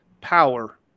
power